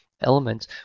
elements